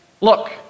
Look